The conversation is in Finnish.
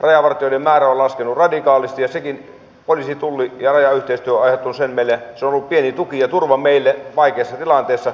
rajavartijoiden määrä on laskenut radikaalisti ja poliisin tullin ja rajan yhteistyö on aiheuttanut sen meille että se on ollut pieni tuki ja turva meille vaikeissa tilanteissa mutta molemmista vähennetään nyt